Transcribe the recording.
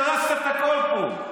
הרסת את הכול פה.